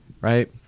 Right